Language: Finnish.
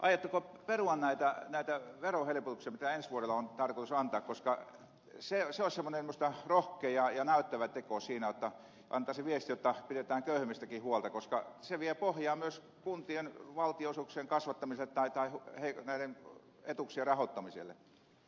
aiotteko perua näitä verohelpotuksia mitä ensi vuodelle on tarkoitus antaa koska se olisi minusta semmoinen rohkea ja näyttävä teko siinä jotta annetaan se viesti jotta pidetään köyhemmistäkin huolta koska se vie pohjaa myös kuntien valtionosuuksien kasvattamiselle tai näiden etuuksien rahoittamiselle